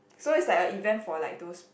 so it's like a event for like those